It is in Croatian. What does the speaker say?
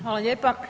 Hvala lijepa.